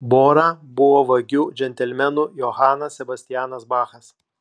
bora buvo vagių džentelmenų johanas sebastianas bachas